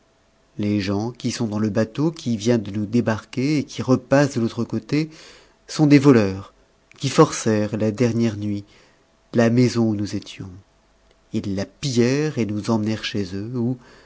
les gens qui sont dans le bateau qui vient de nous débarquer et qui repasse de l'autre côte sont des voleurs qui forcè rent la dernière nuit la maison où nous étions ils la pillèrent et nous emmenèrent chez eux où